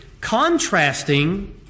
contrasting